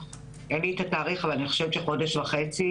אין לי את התאריך אבל אני חושבת שלפני חודש וחצי,